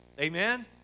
amen